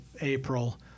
April